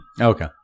Okay